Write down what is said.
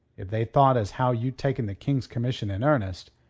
if they thought as how you'd taken the king's commission in earnest,